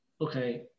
okay